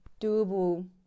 doable